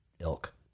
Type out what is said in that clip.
ilk